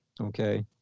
Okay